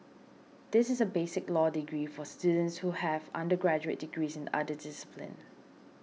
this is a basic law degree for students who have undergraduate degrees in other disciplines